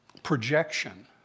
projection